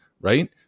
right